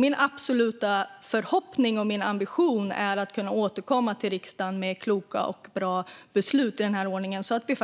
Min absoluta förhoppning och min ambition är att regeringen ska kunna återkomma till riksdagen med kloka och bra förslag till beslut så att vi